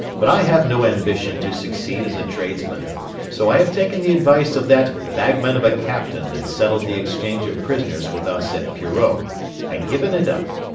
but i have no ambition to succeed as a tradesman so i have taken the advice of that bagman of a captain that settled the exchange of prisoners with us at peerot, and given it up.